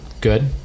Good